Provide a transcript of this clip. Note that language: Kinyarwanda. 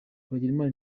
twagirimana